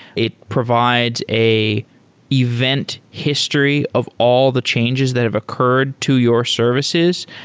it provides a event history of all the changes that have occurred to your services,